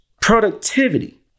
productivity